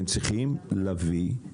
אני שואל אותך,